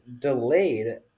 delayed